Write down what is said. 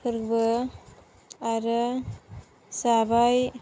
फोरबो आरो जाबाय